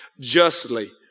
justly